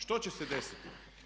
Što će se desiti?